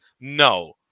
No